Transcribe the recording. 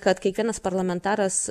kad kiekvienas parlamentaras